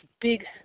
big